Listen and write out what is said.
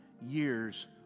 years